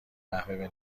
قهوه